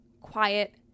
quiet